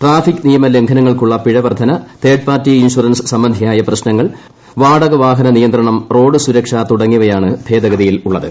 traffic നിയമ ലംഘനങ്ങൾക്കുള്ള പിഴ വർദ്ധന തേർഡ് പാർട്ടി ഇൻഷുറൻസ് സംബന്ധിയായ പ്രശ്നങ്ങൾ വാടക വാഹന നിയന്ത്രണം റോഡ് സുരക്ഷ തുടങ്ങിയവയാണ് ഭേദഗതിയിലുള്ളത്